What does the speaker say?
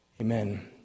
Amen